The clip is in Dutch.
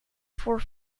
voor